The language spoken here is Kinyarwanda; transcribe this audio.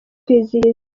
kwizihiza